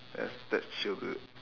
yes that's sure good